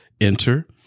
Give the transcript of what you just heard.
enter